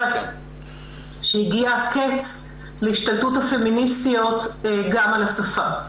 ----- שהגיע הקץ להשתלטות הפמיניסטיות גם על השפה.